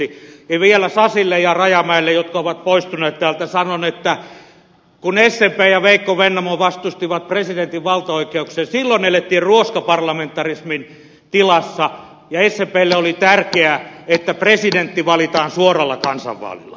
vielä sasille ja rajamäelle jotka ovat poistuneet täältä sanon että kun smp ja veikko vennamo vastustivat presidentin valtaoikeuksia silloin elettiin ruoskaparlamentarismin tilassa ja smplle oli tärkeää että presidentti valitaan suoralla kansanvaalilla